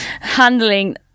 handling